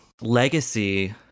legacy